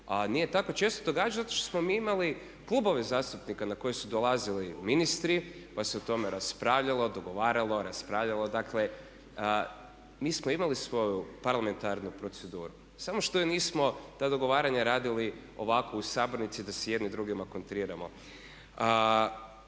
nije tako često događalo, zato što smo mi imali klubove zastupnika na koje su dolazili ministri, pa se o tome raspravljalo, dogovaralo, raspravljalo. Dakle, mi smo imali svoju parlamentarnu proceduru samo što je nismo, ta dogovaranja radili ovako u sabornici da si jedni drugima kontriramo.